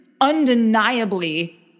undeniably